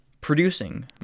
producing